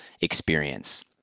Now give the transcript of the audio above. experience